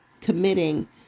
committing